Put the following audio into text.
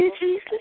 Jesus